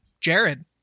Jared